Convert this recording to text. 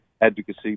advocacy